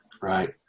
Right